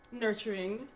nurturing